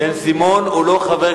התש"ע 2010, לוועדת